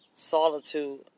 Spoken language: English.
Solitude